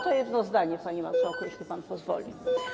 To jedno zdanie, panie marszałku, jeśli pan pozwoli.